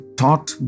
taught